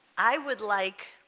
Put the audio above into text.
i would like